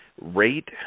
Rate